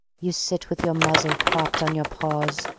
you sit with your muzzle propped on your paws,